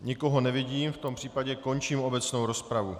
Nikoho nevidím, v tom případě končím obecnou rozpravu.